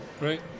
right